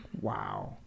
Wow